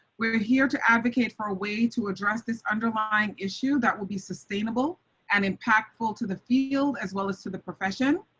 we're here to advocate for a way to address this underlying issue that will be sustainable and impactful to the field as well as to the profession.